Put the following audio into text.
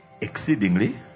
exceedingly